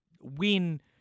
win